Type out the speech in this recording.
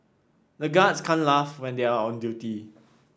the guards can't laugh when they are on duty